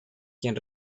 quien